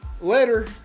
Later